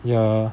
ya